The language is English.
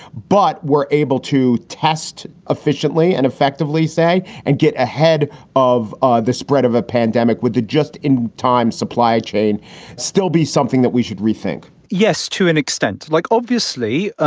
but were able to test efficiently and effectively say and get ahead of ah the spread of a pandemic with the just in time supply chain still be something that we should rethink yes, to an extent like obviously, ah